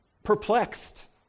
perplexed